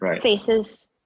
faces